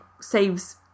saves